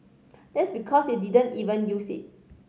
that's because you didn't even use it